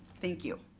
thank you.